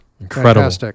Incredible